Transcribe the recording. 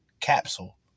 Capsule